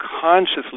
consciously